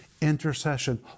intercession